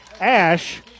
Ash